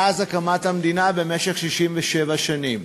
מאז הקמת המדינה, במשך 67 שנים,